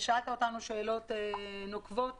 שאלת אותנו שאלות נוקבות